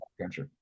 country